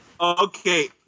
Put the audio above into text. Okay